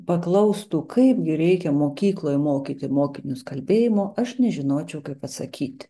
paklaustų kaipgi reikia mokykloje mokyti mokinius kalbėjimo aš nežinočiau kaip atsakyti